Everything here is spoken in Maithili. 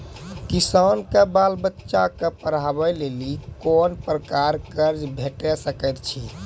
किसानक बाल बच्चाक पढ़वाक लेल कून प्रकारक कर्ज भेट सकैत अछि?